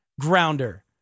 grounder